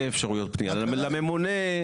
באפשרויות פנייה לממונה.